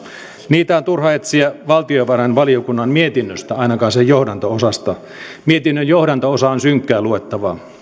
niitä on turha etsiä valtiovarainvaliokunnan mietinnöstä ainakaan sen johdanto osasta mietinnön johdanto osa on synkkää luettavaa